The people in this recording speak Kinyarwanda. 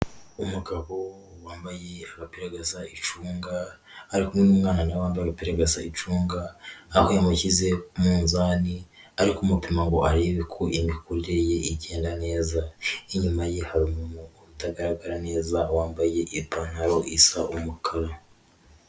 Umugabo wambaye agapira gasa icunga, ari kumwe n'umwana nawe wambaye agapira gasa icunga. Aho yamushyize ku munzani, ari kumupima ngo arebe ko imikurire ye igenda neza. Inyuma ye hari umuntu utagaragara neza, wambaye ipantaro isa umukara.